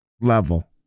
level